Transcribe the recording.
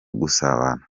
gusabana